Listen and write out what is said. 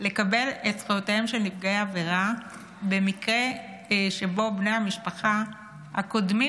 לקבל את זכויותיהם של נפגעי העבירה במקרה שבו בני המשפחה הקודמים